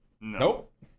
Nope